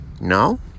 No